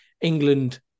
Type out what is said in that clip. England